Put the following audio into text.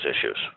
issues